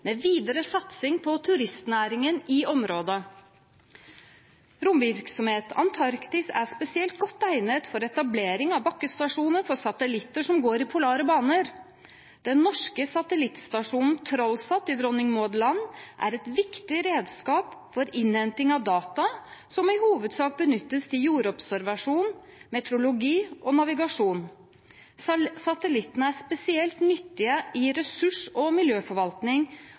med videre satsing på turistnæringen i området. Antarktis er spesielt godt egnet for etablering av bakkestasjoner for satellitter som går i polare baner. Den norske satellittstasjonen TrollSat i Dronning Maud Land er et viktig redskap for innhenting av data som i hovedsak benyttes til jordobservasjon, meteorologi og navigasjon. Satellittene er spesielt nyttige i ressurs- og miljøforvaltning